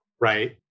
right